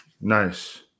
Nice